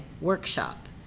workshop